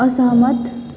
असहमत